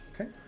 Okay